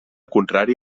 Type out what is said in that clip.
contrari